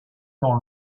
temps